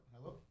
Hello